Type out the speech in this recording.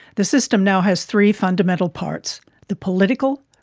the system now has three fundamental parts the political,